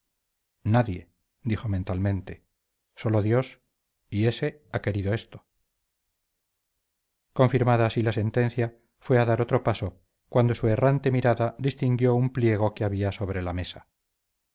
nadie dijo mentalmente sólo dios y ése ha querido esto confirmada así la sentencia fue a dar otro paso cuando su errante mirada distinguió un pliego que había sobre la mesa